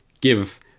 give